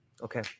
Okay